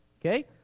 Okay